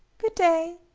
good day!